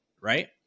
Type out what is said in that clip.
right